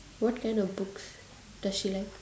what kind of books does she like